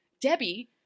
Debbie